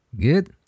good